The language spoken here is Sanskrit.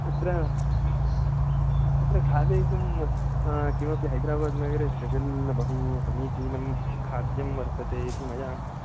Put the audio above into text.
अत्र अत्र खादितुं किमपि हैदराबाद् नगरे स्पेशल् बहुसमीचीनं खाद्यं वर्तते इति मया